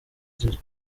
arira